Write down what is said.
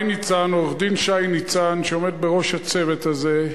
עורך-דין שי ניצן, שעומד בראש הצוות הזה,